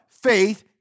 Faith